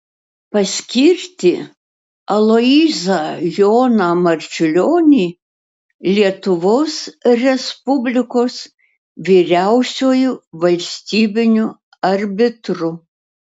paskirti aloyzą joną marčiulionį lietuvos respublikos vyriausiuoju valstybiniu arbitru